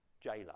jailer